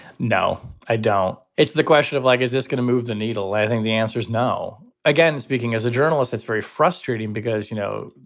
no, i don't. it's the question of like, is this going to move the needle? i think the answer is no. again, speaking as a journalist, that's very frustrating because, you know,